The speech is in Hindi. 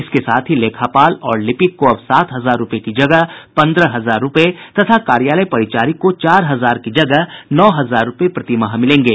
इसके साथ ही लेखापाल और लिपिक को अब सात हजार रूपये की जगह पन्द्रह हजार रूपये तथा कार्यालय परिचारी को चार हजार की जगह नौ हजार रूपये प्रतिमाह मिलेंगे